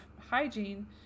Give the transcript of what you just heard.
hygiene